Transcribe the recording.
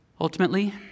Ultimately